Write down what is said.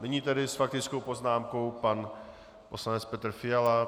Nyní tedy s faktickou poznámkou pan poslanec Petr Fiala.